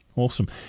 Awesome